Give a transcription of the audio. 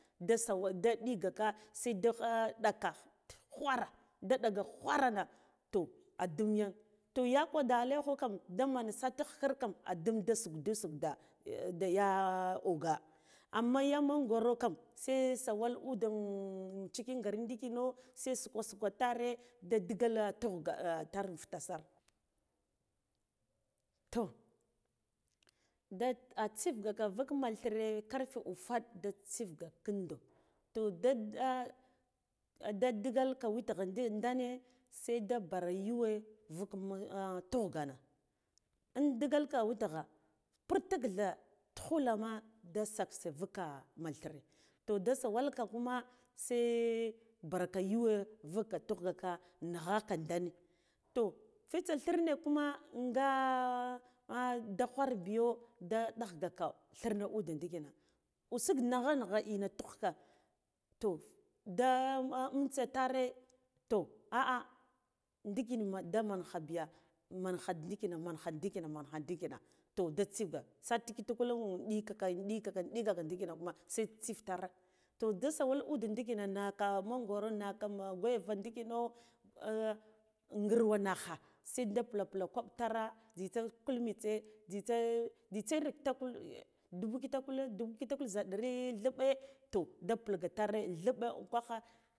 Da sawal da ndigaka seda gha nɗaka ghwara da nɗiga ghwamma toh adum yan to yakuwa da a lekho kam daman satigh ghikir ɗ kam adum da sukdu sukda ya oga amma ya mangoro kam se sawa ude cikin gari ndikino se suko suko tare da digalla tughga tare futa sar toh da a tsifgaka vuk man thire karfe ufaɗ karfe da tsif gaka kindo toh da da digalka witgha di danne seda bar yuwe vuk aughgana indigalka witgha putikdha tughula ma da saksa sudka man thire toh da swal ka kuma sa barka yuwa vukka tugh gaka ni ghaka dan ne toh fitar thirne kuma nga da ghwar biyo ɗa ɗagh gaka thirne ude ndikina usugh nagha nagha ina tughka toh da umtsa tare toh a ah ndikina da man kha biya mangha ndikina mangha ndikina mangha ndikina toh tsiga sati kitakula ndika ka un ndikaka un ndikaka ndikina kuma se tsif tar toh da sawal ude ndikina naka mangor naka guava ndikina ngirwa nakha seda pula pula kwab tare jzitsa kul matse jzitsa in takul dubu kitakul dubu kitakul zha ɗari dhilɓe to da pulga tare dhilɓa ungwa khe.